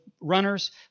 runners